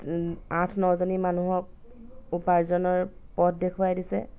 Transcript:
আঠ নজনী মানুহক উপাৰ্জনৰ পথ দেখুৱাই দিছে